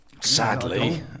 sadly